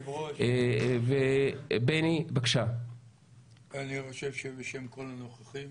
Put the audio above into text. היושב ראש, אני חושב שבשם כל הנוכחים